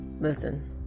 Listen